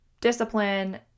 discipline